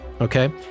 Okay